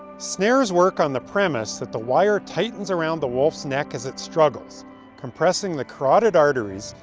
snares work on the premise that the wire tightens around the wolf's neck as it struggles compressing the carodid arteries,